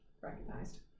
recognized